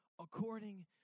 according